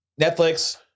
Netflix